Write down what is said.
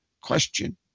question